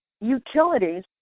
utilities